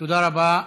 תודה רבה.